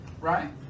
right